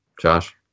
Josh